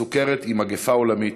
הסוכרת היא מגפה עולמית,